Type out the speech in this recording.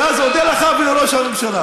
ואז אודה לך ולראש הממשלה.